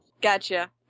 gotcha